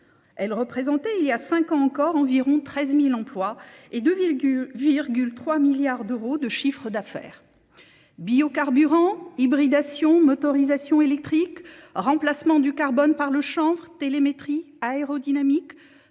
Elle représentait il y a cinq ans encore environ 13 000 emplois et 2,3 milliards d'euros de chiffre d'affaires. Biocarburant, hybridation, motorisation électrique, remplacement du carbone par le chanvre, télémétrie, aérodynamique,